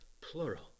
plural